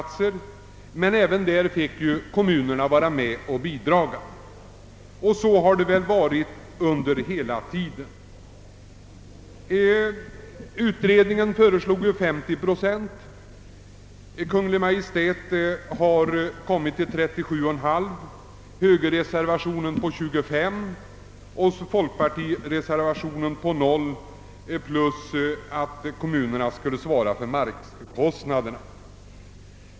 Utredningen har föreslagit att kommunerna skall svara för 50 procent av kostnaderna för byggnader och anläggningar, Kungl. Maj:t har föreslagit 37,5 procent, i högerreservationen har yrkats att de kommunala investeringsbidragen skall fastställas till 25 procent och folkpartireservationen har föreslagit 0 procent men att kommunerna skulle stå för markkostnaderna.